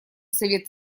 совет